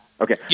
Okay